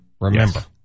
Remember